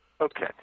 Okay